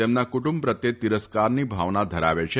તેમના કુટુંબ પ્રત્યે તિરસ્કારની ભાવના ધરાવે છે